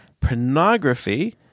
pornography